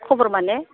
खबर माने